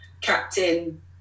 captain